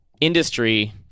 industry